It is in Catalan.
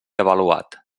avaluat